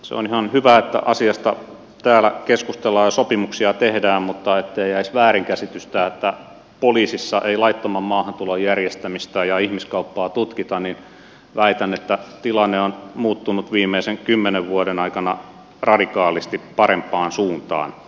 se on ihan hyvä että asiasta täällä keskustellaan ja sopimuksia tehdään mutta ettei jäisi väärinkäsitystä että poliisissa ei laittoman maahantulon järjestämistä ja ihmiskauppaa tutkita väitän että tilanne on muuttunut viimeisen kymmenen vuoden aikana radikaalisti parempaan suuntaan